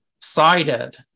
cited